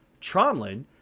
Tromlin